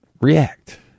react